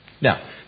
Now